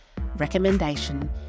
recommendation